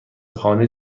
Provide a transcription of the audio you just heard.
خانه